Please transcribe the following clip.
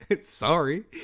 Sorry